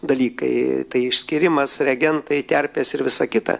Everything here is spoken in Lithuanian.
dalykai tai išskyrimas reagentai terpės ir visa kita